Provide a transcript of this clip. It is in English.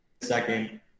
second